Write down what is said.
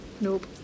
Nope